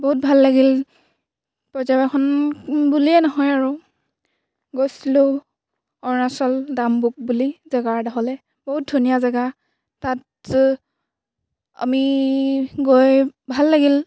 বহুত ভাল লাগিল পৰ্যবেক্ষণ বুলিয়ে নহয় আৰু গৈছিলোঁ অৰুণাচল ডামবুক বুলি জেগাৰ এডোখৰলৈ বহুত ধুনীয়া জেগা তাত আমি গৈ ভাল লাগিল